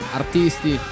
artisti